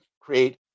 create